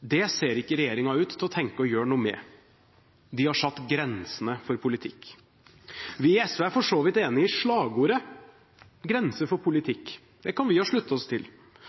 Det ser det ikke ut til at regjeringen har tenkt å gjøre noe med. De har satt grensene for politikk. Vi i SV er for så vidt enig i slagordet «Grenser for politikk». Det kan vi jo slutte oss til.